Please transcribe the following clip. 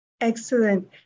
Excellent